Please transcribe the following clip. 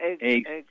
eggs